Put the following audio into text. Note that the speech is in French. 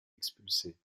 expulsés